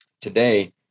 Today